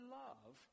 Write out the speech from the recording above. love